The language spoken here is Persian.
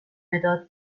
مداد